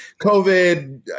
COVID